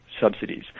subsidies